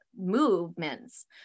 movements